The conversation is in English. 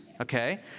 Okay